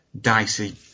dicey